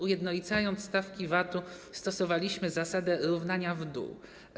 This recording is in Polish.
Ujednolicając stawki VAT-u, stosowaliśmy zasadę równania w dół.